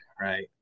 Right